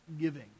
giving